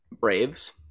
Braves